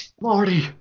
Marty